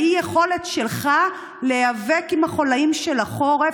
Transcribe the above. מהאי-יכולת שלך להיאבק עם החוליים של החורף,